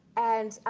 and